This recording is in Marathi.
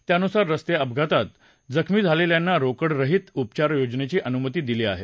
त्यानुसार रस्ते अपघातात जखमी झालेल्यांना रोकडरहित उपचार योजनेची अनुमती दिली आहे